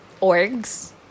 orgs